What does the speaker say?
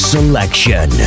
Selection